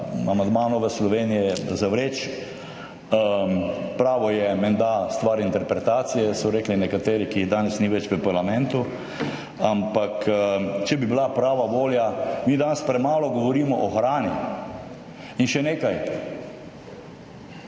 amandma Nove Slovenije zavreči. Pravo je menda stvar interpretacije, so rekli nekateri, ki jih danes ni več v parlamentu, ampak če bi bila prava volja … Mi danes premalo govorimo o hrani. In še nekaj.